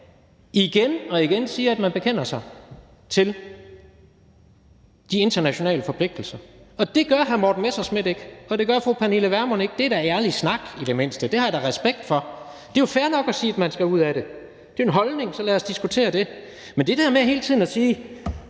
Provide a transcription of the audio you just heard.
igen og igen siger, at man bekender sig til de internationale forpligtelser. Og det gør hr. Morten Messerschmidt ikke, og det gør fru Pernille Vermund ikke. Det er da ærlig snak i det mindste. Det har jeg da respekt for. Det er fair nok at sige, at man skal ud af det. Det er jo en holdning, så lad os diskutere det. Men det der med hele tiden at sige,